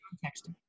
context